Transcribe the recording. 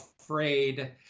afraid